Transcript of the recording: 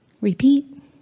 Repeat